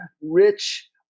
rich